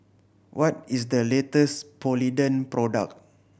what is the latest Polident product